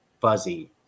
fuzzy